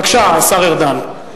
בבקשה, השר ארדן.